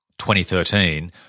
2013